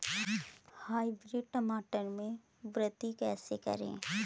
Hybrid टमाटर में वृद्धि कैसे करें?